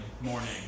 morning